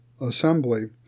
assembly